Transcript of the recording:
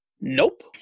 Nope